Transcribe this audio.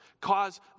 Cause